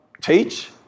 teach